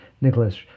Nicholas